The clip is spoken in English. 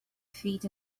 feet